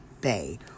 bay